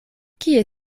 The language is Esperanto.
kie